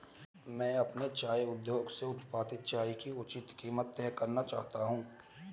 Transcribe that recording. मैं अपने चाय उद्योग से उत्पादित चाय की उचित कीमत तय करना चाहता हूं